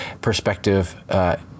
perspective